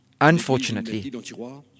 unfortunately